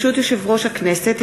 ברשות יושב-ראש הכנסת,